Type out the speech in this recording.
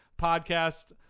podcast